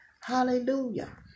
Hallelujah